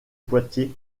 poitiers